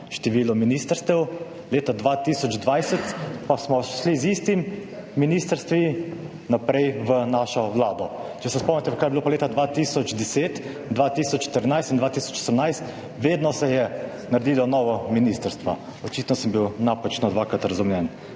število ministrstev. Leta 2020 pa smo šli z istimi ministrstvi naprej v našo vlado. Če se spomnite kaj je bilo pa leta 2010, 2014 in 2018? Vedno se je naredilo novo ministrstvo. Očitno sem bil napačno dvakrat razumljen.